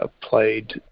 played